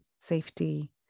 safety